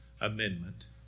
amendment